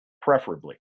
preferably